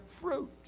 fruit